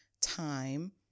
time